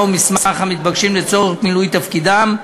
או מסמך המתבקשים לצורך מילוי תפקידם,